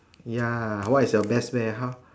ya what is your best way how